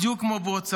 בדיוק כמו בועות סבון.